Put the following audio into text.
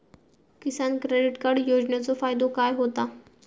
किसान credit card योजनेचो फायदो काय होता?